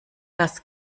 das